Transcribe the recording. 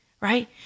right